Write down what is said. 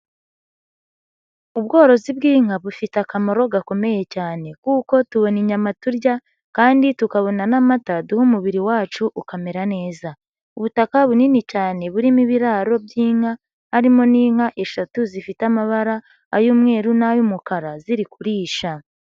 Ubworozi bw'inka bufite akamaro gakomeye cyane kuko tubona inyama turya kandi tukabona n'amata duha umubiri wacu ukamera neza. Ubutaka bunini cyane burimo ibiraro by'inka harimo n'inka eshatu zifite amabara ay'umweru n'ay'umukara ziri kurisha.